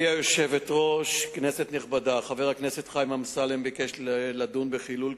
2009): פורסם כי שלושה ילדים נעצרו והוסעו בשבת לתחנת המשטרה.